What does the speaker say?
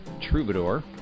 Troubadour